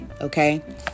Okay